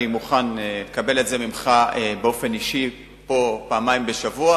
אני מוכן לקבל את זה ממך באופן אישי פה פעמיים בשבוע,